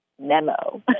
memo